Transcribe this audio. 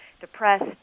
depressed